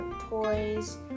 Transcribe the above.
toys